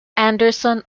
anderson